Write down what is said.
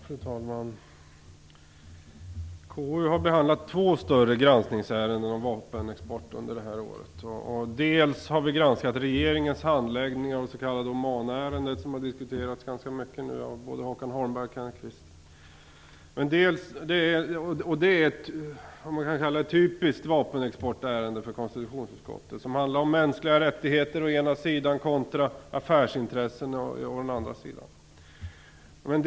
Fru talman! KU har behandlat två större granskningsärenden om vapenexport under det här året. Vi har granskat regeringens handläggning av det s.k. Omanärendet, som nu har diskuterats ganska mycket av Håkan Holmberg och Kenneth Kvist. Det är vad man kan kalla ett typiskt vapenexportärende för konstitutionsutskottet, som handlar om mänskliga rättigheter å ena sidan och affärsintressen å andra sidan.